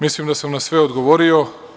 Mislim da sam na sve odgovorio.